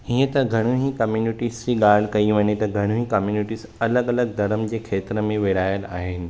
हीअं त घणियूं ईं कम्यूनिटीज़ जी ॻाल्हि कयूं वञे त घणईं कम्यूनिटीज़ अलॻि अलॻि धर्म जे खेत्र में विरिहायल आहिनि